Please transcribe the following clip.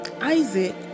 Isaac